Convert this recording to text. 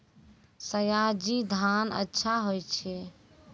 सयाजी धान अच्छा होय छै?